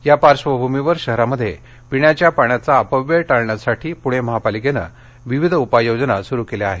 या पार्वभूमीवर शहरामध्ये पिण्याचा पाण्याचा अपवय टाळण्यासाठी पूणे महापालिकेन विविध उपाय योजना सुरु केल्या आहेत